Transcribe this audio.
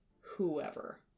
whoever